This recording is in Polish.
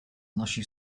nosi